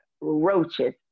roaches